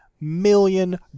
million